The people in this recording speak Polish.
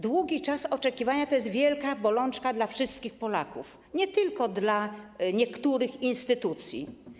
Długi czas oczekiwania to jest wielka bolączka wszystkich Polaków, a nie tylko niektórych instytucji.